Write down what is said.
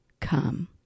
Come